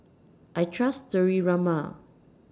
I Trust Sterimar